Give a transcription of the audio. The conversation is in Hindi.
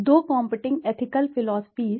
दो कॉम्पटिंग एथिकल फिलॉसफीज़